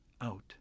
out